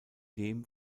dem